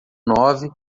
nove